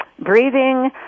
Breathing